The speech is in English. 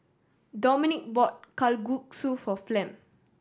Dominic bought Kalguksu for Flem